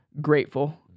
grateful